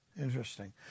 Interesting